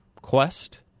quest